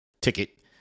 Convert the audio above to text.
ticket